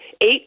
eight